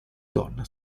donna